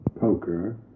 poker